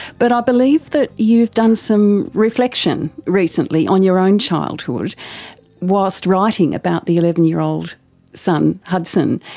but i believe that you've done some reflection recently on your own childhood whilst writing about the eleven year old son hudson.